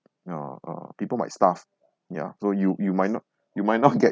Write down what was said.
uh uh people might starve ya so you you might not you might not get